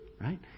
right